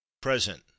Present